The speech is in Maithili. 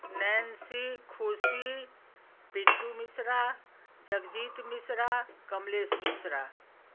नैन्सी खुशी पिन्टू मिश्रा जगजीत मिश्रा कमलेश मिश्रा